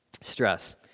Stress